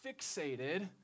fixated